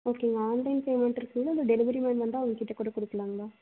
ஓகேங்க online payment இருக்குதுங்களா இல்லை டெலிவரி மேன் வந்தால் அவங்ககிட்ட கூட கொடுக்கலாங்களா